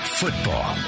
football